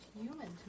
human